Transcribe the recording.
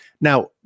Now